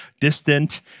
distant